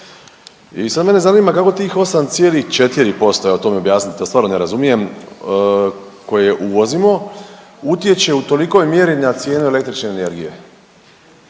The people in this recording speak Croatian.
to stvarno ne razumijem koje uvozimo utječe u tolikoj mjeri na cijenu električne energije.